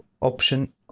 option